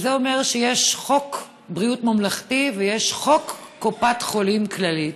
וזה שיש חוק ביטוח בריאות ממלכתי ויש חוק קופת חולים כללית.